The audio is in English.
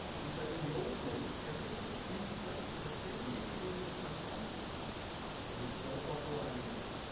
he said in the old days everybody came together to that stadium. i used to go there with my father-in-law whose belt-buckle i am wearing.